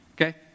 okay